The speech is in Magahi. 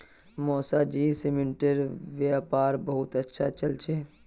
मौसाजीर सीमेंटेर व्यापार बहुत अच्छा चल छ